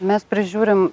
mes prižiūrim